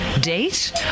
date